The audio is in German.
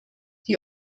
die